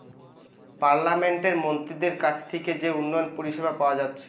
পার্লামেন্টের মন্ত্রীদের কাছ থিকে যে উন্নয়ন পরিষেবা পাওয়া যাচ্ছে